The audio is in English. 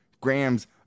grams